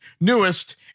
newest